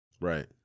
Right